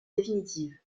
définitive